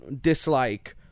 dislike